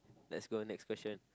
let's go to next question